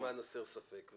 למען הסר ספק.